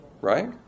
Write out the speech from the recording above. right